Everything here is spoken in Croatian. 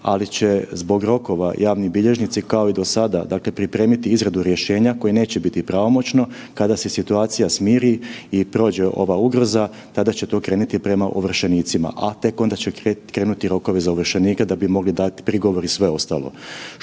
ali će zbog rokova javni bilježnici, kao i do sada dakle pripremiti izradu rješenja koje neće biti pravomoćno, kada se situacija smiri i prođe ova ugroza tada će to krenuti prema ovršenicima, a tek onda će krenuti rokovi za ovršenike da bi mogli dati prigovor i sve ostalo.